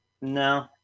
No